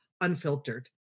unfiltered